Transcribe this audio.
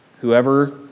Whoever